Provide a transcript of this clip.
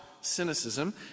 cynicism